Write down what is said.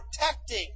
protecting